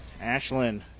Ashlyn